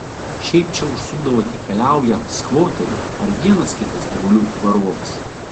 šiaip čia užsukdavo tik keliaują skvoteriai ar vienas kitas gyvulių varovas